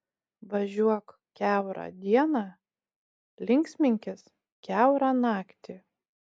važiuok kiaurą dieną linksminkis kiaurą naktį